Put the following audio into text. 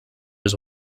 was